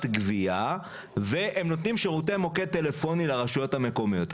גבייה שנותנת שירותי מוקד טלפוני לרשויות המקומיות.